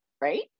right